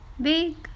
big